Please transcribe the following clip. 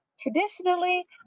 Traditionally